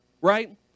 right